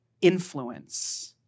Influence